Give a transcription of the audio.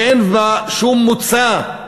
שאין בה שום מוצא,